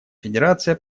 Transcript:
федерация